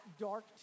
dark